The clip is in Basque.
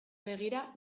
begira